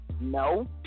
no